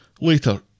Later